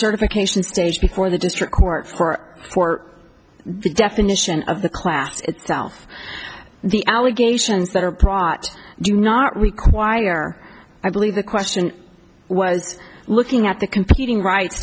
certification stage before the district court for court the definition of the class itself the allegations that are brought do not require i believe the question was looking at the competing rights